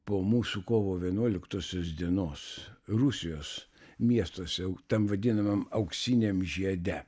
po mūsų kovo vienuoliktosios dienos rusijos miestuose tam vadinamam auksiniam žiede